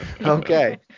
okay